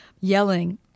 yelling